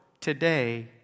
today